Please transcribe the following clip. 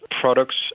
products